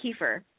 Kiefer